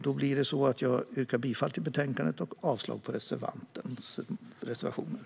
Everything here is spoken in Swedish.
Därmed yrkar jag bifall till förslaget och avslag på reservationerna.